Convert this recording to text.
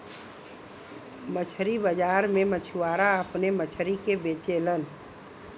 मछरी बाजार में मछुआरा अपने मछरी के बेचलन